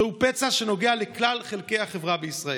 זהו פצע שנוגע לכלל חלקי החברה בישראל,